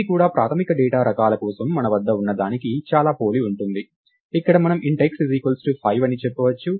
ఇది కూడా ప్రాథమిక డేటా రకాల కోసం మన వద్ద ఉన్నదానికి చాలా పోలి ఉంటుంది ఇక్కడ మనం int x 5 అని చెప్పవచ్చు